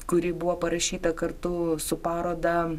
kuri buvo parašyta kartu su paroda